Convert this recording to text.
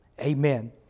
Amen